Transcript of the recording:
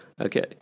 okay